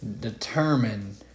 determine